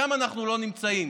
שם אנחנו לא נמצאים.